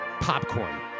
Popcorn